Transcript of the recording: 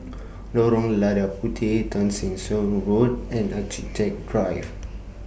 Lorong Lada Puteh Tessensohn Road and Architecture Drive